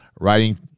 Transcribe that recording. writing